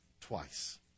twice